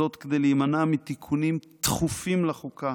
זאת, כדי להימנע מתיקונים תכופים לחוקה